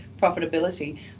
profitability